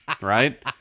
right